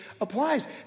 applies